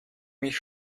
mich